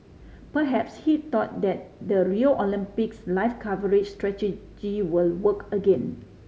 perhaps he thought that the Rio Olympics live coverage strategy will work again